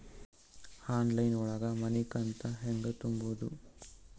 Online ಒಳಗ ಮನಿಕಂತ ಹ್ಯಾಂಗ ತುಂಬುದು?